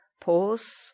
pause